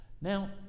Now